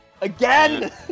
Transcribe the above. again